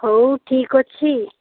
ହଉ ଠିକ୍ ଅଛି